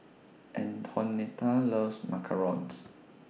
Antonetta loves Macarons